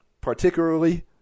Particularly